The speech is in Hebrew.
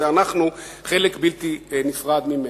אנחנו חלק בלתי נפרד ממנה.